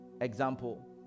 example